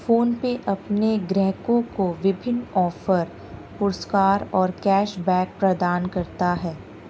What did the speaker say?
PhonePe अपने ग्राहकों को विभिन्न ऑफ़र, पुरस्कार और कैश बैक प्रदान करता है